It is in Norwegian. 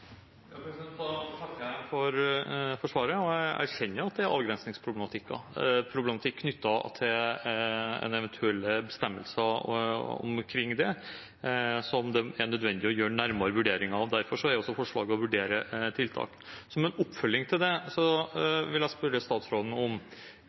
takker for svaret. Jeg erkjenner at det er avgrensningsproblematikk knyttet til en eventuell bestemmelse omkring det, som det er nødvendig å gjøre en nærmere vurdering av. Derfor er også forslaget å vurdere tiltak. Som en oppfølging av det